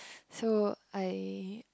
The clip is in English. so I